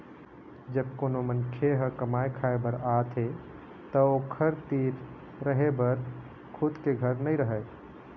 जब कोनो मनखे ह कमाए खाए बर आथे त ओखर तीर रहें बर खुद के घर नइ रहय